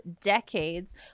decades